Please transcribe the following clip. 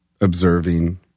observing